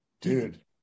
dude